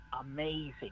amazing